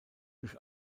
durch